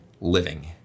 living